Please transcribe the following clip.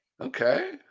Okay